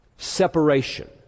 Separation